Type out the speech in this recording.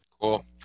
Cool